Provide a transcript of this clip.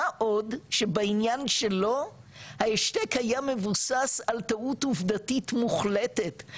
מה עוד שבעניין שלו ההשתק היה מבוסס על טעות עובדתית מוחלטת,